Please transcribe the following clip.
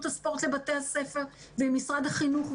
הספורט לבתי הספר ועם משרד החינוך,